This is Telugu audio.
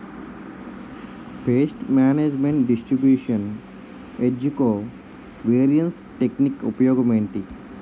పేస్ట్ మేనేజ్మెంట్ డిస్ట్రిబ్యూషన్ ఏజ్జి కో వేరియన్స్ టెక్ నిక్ ఉపయోగం ఏంటి